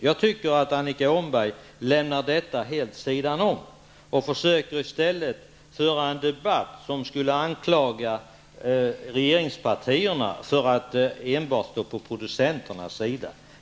Jag menar att Annika Åhnberg lämnar detta åt sidan och försöker att föra en debatt där hon anklagar regeringspartierna för att enbart stå på producenternas sida.